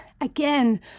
again